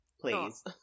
Please